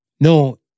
No